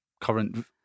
current